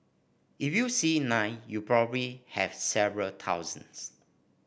if you see nine you probably have several thousands